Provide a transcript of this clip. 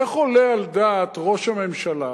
איך עולה על דעת ראש הממשלה,